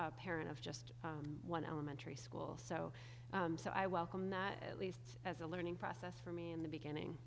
a parent of just one elementary school so so i welcome that at least as a learning process for me in the beginning